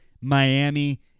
Miami